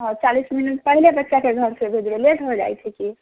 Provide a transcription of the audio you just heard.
चालीस मिनट पहिले बच्चाके भेजय लेल लेट हो जाइत छै कि